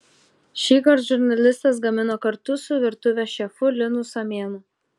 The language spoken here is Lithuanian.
šįkart žurnalistas gamino kartu su virtuvės šefu linu samėnu